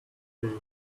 today